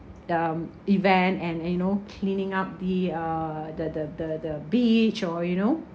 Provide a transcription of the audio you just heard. the event and and you know cleaning up the uh the the the the beach or you know